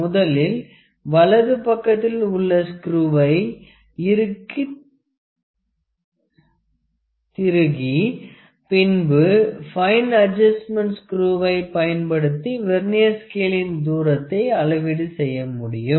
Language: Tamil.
முதலில் வலது பக்கத்தில் உள்ள ஸ்குருவை இருக்கி திறுகி பின்பு பைன் அட்ஜஸ்ட்மெண்ட்ஸ் ஸ்குருவை பயன்படுத்தி வெர்னியர் ஸ்கேலின் தூரத்தை அளவீடு செய்ய முடியும்